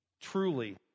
Truly